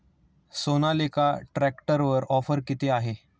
सोनालिका ट्रॅक्टरवर ऑफर किती आहे?